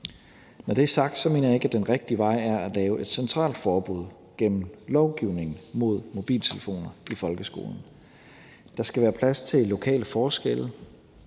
Når det er sagt, mener jeg ikke, at den rigtige vej er at lave et centralt forbud gennem lovgivning mod mobiltelefoner i folkeskolen. Der skal være plads til lokale forskelle.